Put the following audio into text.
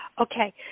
Okay